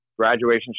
Graduation